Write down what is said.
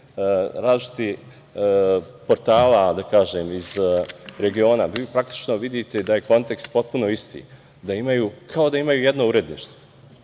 različitih portala, da kažem iz regiona, praktično vidite da je kontekst potpuno isti. Kao da imaju jedno uredništvo. Evo,